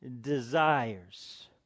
desires